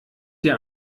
dir